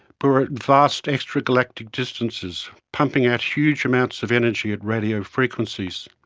but were at vast extragalactic distances, pumping out huge amounts of energy at radio frequencies.